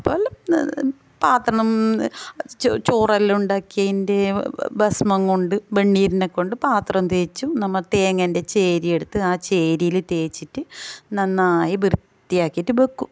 പല പാത്രം ചോറെല്ലൊം ഉണ്ടക്കിയതിന്റെ ഭസ്മം കൊണ്ട് വെണ്ണീരിനെക്കൊണ്ടും പാത്രം തേച്ചും നമ്മൾ തെങ്ങേൻ്റെ ചേരി എടുത്തു ആ ചേരിയിൽ തേച്ചിട്ട് പിടിപ്പിച്ച് നന്നായി വൃത്തിയാക്കിയിട്ട് വയ്ക്കും